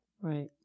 Right